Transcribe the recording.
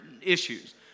issues